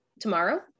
tomorrow